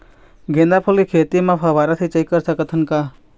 गेंदा फूल के खेती म फव्वारा सिचाई कर सकत हन का?